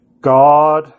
God